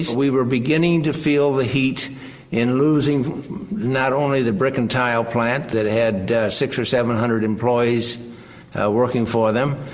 we were beginning to feel the heat in losing not only the brick and tile plant that had six hundred or seven hundred employees working for them,